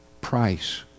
price